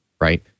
right